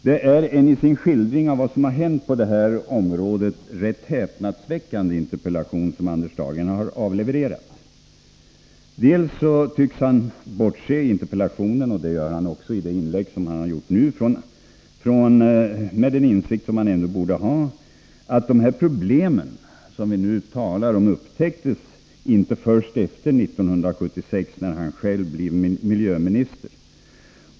Det är en i sin skildring av vad som har hänt på detta område ganska häpnadsväckande interpellation. Han tycks i interpellationen, och även i sitt inlägg, bortse från — trots den insikt som han borde ha — att de problem som vi nu talar om inte upptäcktes förrän efter 1976 när han själv blev miljöminister.